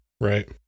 Right